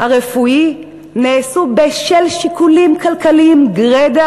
הרפואי נעשו בשל שיקולים כלכליים גרידא